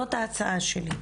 זו ההצעה שלי.